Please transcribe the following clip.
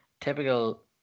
Typical